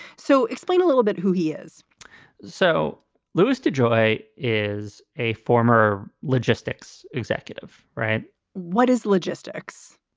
so explain a little bit who he is so luis dejoy is a former logistics executive. right what is logistics?